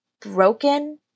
broken